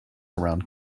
around